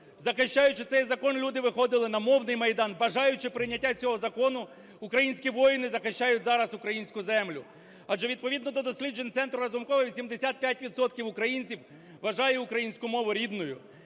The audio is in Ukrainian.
Захищаючи цей закон, люди виходили на мовний Майдани. Бажаючи прийняття цього закону, українські воїни захищають зараз українську землю. Адже, відповідно до досліджень Центру Розумкова, 85 відсотків українців вважає українську мову рідною.